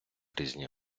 різні